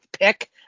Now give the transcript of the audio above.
pick